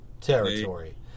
territory